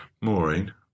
Maureen